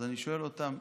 אז אני שואל אותם,